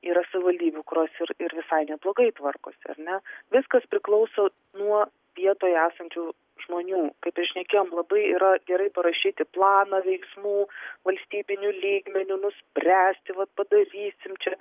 yra savivaldybių kurios ir ir visai neblogai tvarkosi ar ne viskas priklauso nuo vietoje esančių žmonių kaip ir šnekėjom labai yra gerai parašyti planą veiksmų valstybiniu lygmeniu nuspręsti vat padarysim čia